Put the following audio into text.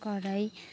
कराई